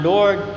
Lord